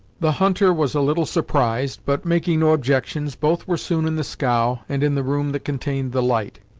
the hunter was a little surprised, but, making no objections, both were soon in the scow, and in the room that contained the light.